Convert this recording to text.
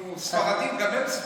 אנחנו ספרדים, גם הם ספרדים.